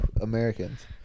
Americans